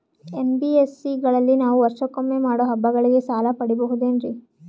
NBSC ಗಳಲ್ಲಿ ನಾವು ವರ್ಷಕೊಮ್ಮೆ ಮಾಡೋ ಹಬ್ಬಗಳಿಗೆ ಸಾಲ ಪಡೆಯಬಹುದೇನ್ರಿ?